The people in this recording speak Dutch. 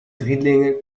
drielingen